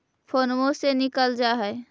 फोनवो से निकल जा है?